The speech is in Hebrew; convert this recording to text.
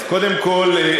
אז קודם כול,